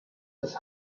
his